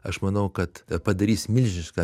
aš manau kad padarys milžinišką